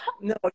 no